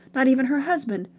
not even her husband.